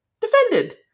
defended